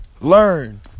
learn